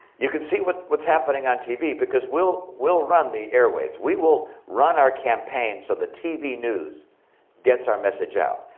you can see what's what's happening on tv because we'll run the airwaves. we will run our campaign so the tv news gets our message out.